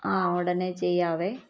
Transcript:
ആ ഒടന്നെ ചെയ്യാവെ